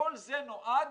כל זה נועד